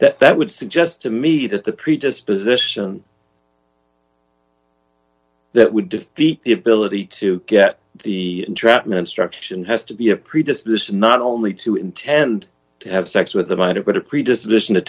that that would suggest to me that the predisposition that would defeat the ability to get the entrapment struction has to be a predisposition not only to intend to have sex with a minor but a predisposition to